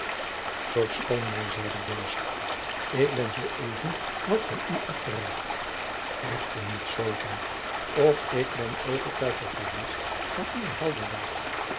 verschoon mij zeide deze ik ben zoo even wat van u afgeraakt echter niet zoo ver of ik ben ooggetuige geweest van uwe